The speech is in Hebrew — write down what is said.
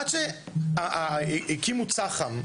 הקימו צח"ם,